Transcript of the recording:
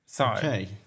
Okay